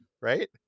right